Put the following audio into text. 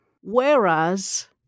Whereas